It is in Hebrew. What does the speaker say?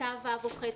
בכיתה ו' או ח',